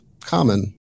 common